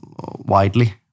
widely